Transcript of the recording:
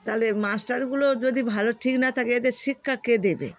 তাহলে মাস্টারগুলো যদি ভালো ঠিক না থাকে এদের শিক্ষা কে দেবে